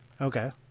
Okay